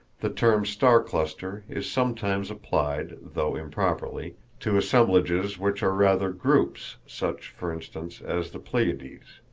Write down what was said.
the term star-cluster is sometimes applied, though improperly, to assemblages which are rather groups, such, for instance, as the pleiades.